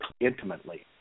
intimately